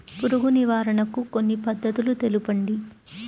పురుగు నివారణకు కొన్ని పద్ధతులు తెలుపండి?